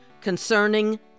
concerning